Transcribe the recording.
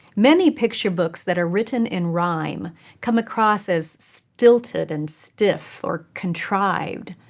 many picture books that are written in rhyme come across as stilted and stiff or contrived.